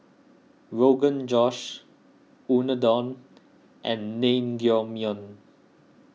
Rogan Josh Unadon and Naengmyeon